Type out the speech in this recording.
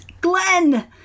Glenn